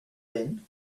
then